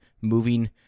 moving –